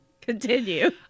Continue